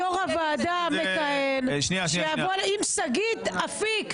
תגיד ליו"ר הוועדה המכהן שיבוא עם שגית אפיק,